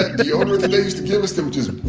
the deodorant they used to give us, that would just